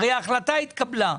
הרי ההחלטה התקבלה.